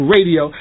Radio